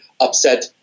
upset